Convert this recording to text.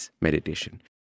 meditation